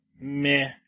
meh